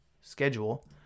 schedule